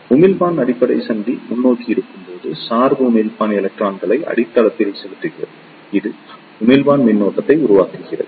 உமிழ்ப்பான் அடிப்படை சந்தி முன்னோக்கி இருக்கும்போது சார்பு உமிழ்ப்பான் எலக்ட்ரான்களை அடித்தளத்தில் செலுத்துகிறது இது உமிழ்ப்பான் மின்னோட்டத்தை உருவாக்குகிறது